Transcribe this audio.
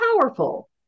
powerful